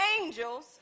angels